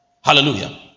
Hallelujah